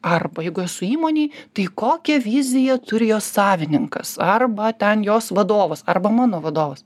arba jeigu esu įmonėj tai kokią viziją turi jos savininkas arba ten jos vadovas arba mano vadovas